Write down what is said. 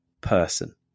person